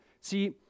See